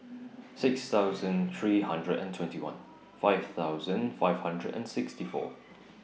six thousand three hundred and twenty one five thousand five hundred and sixty four